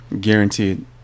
guaranteed